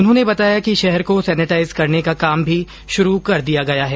उन्होंने बताया कि शहर को सैनेटाइज करने का काम भी शुरू कर दिया गया है